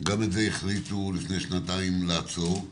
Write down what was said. גם את זה החליטו לפני שנתיים לעצור.